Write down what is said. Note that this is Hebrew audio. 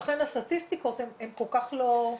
לכן הסטטיסטיקות כל כך לא משקפות.